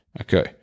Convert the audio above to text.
Okay